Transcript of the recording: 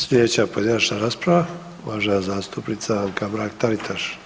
Slijedeća pojedinačna rasprava, uvažena zastupnica Anka Mrak-Taritaš.